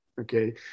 okay